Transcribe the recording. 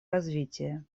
развития